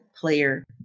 player